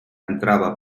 entrava